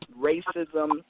racism